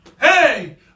Hey